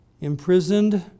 imprisoned